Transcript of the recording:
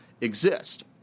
exist